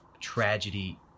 tragedy